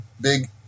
big